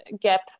gap